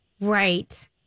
right